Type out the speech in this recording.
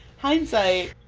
hindsight.